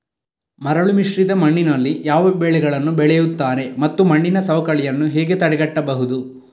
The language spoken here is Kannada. ಮರಳುಮಿಶ್ರಿತ ಮಣ್ಣಿನಲ್ಲಿ ಯಾವ ಬೆಳೆಗಳನ್ನು ಬೆಳೆಯುತ್ತಾರೆ ಮತ್ತು ಮಣ್ಣಿನ ಸವಕಳಿಯನ್ನು ಹೇಗೆ ತಡೆಗಟ್ಟಬಹುದು?